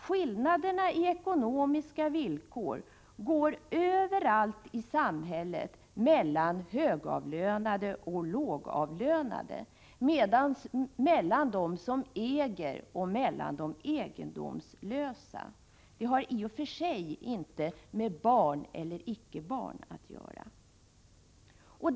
Skillnaderna i fråga om ekonomiska villkor går i stället, och det gäller överallt i samhället, mellan högavlönade och lågavlönade, mellan dem som äger någonting och dem som är egendomslösa. Om man har barn eller inte saknar i och för sig betydelse i detta sammanhang.